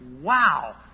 Wow